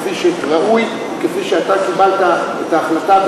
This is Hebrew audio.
כפי שראוי וכפי שאתה קיבלת את ההחלטה